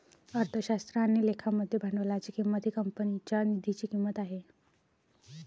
अर्थशास्त्र आणि लेखा मध्ये भांडवलाची किंमत ही कंपनीच्या निधीची किंमत आहे